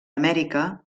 amèrica